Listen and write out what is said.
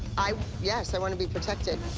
i yes, i want to be protected.